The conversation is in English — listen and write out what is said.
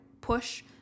push